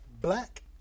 Black